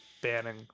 banning